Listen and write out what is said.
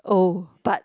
oh but